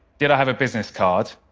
did i have a business card?